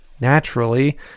naturally